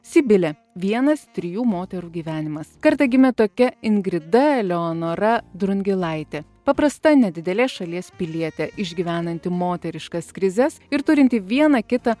sibilė vienas trijų moterų gyvenimas kartą gimė tokia ingrida eleonora drungilaitė paprasta nedidelės šalies pilietė išgyvenanti moteriškas krizes ir turinti vieną kitą